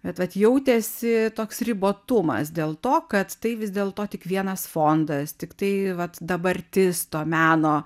bet vat jautėsi toks ribotumas dėl to kad tai vis dėl to tik vienas fondas tiktai vat dabartis to meno